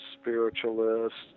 spiritualists